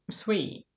sweet